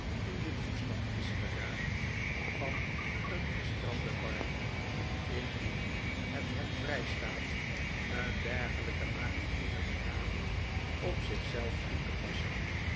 in den toestand is geraakt van een gestrande bark indien het hem vrijstaat een dergelijke maritieme benaming op zich zelf toe te passen